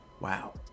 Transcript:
wow